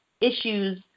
issues